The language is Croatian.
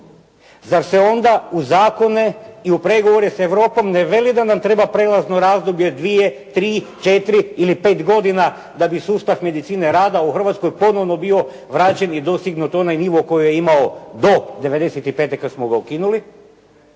Zar se onda u zakone i u pregovore s Europom ne veli da nam treba prijelazno razdoblje dvije, tri, četiri ili pet godina da bi sustav medicine rada u Hrvatskoj ponovno bio vraćen i dostignut onaj nivo koji je imao do 1995. kad smo ga ukinuli